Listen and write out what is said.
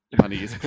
money